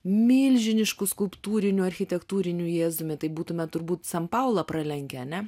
milžinišku skulptūriniu architektūriniu jėzumi tai būtume turbūt san paulą pralenkę ar ne